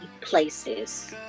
places